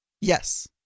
Yes